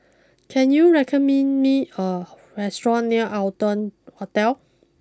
can you recommend me a restaurant near Arton Hotel